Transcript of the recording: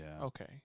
Okay